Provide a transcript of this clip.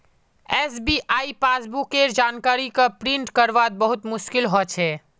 SBI passbook केर जानकारी क प्रिंट करवात बहुत मुस्कील हो छे